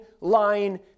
lying